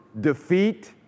defeat